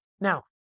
Now